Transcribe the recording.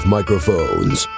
Microphones